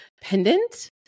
pendant